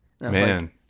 man